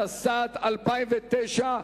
התשס"ט 2009,